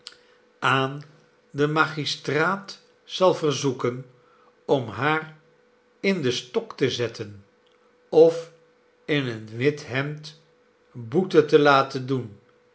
aan den magistraat zal verzoeken om haar in den stok te zetten of in een wit hemd boete te laten doen